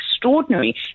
Extraordinary